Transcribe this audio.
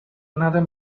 another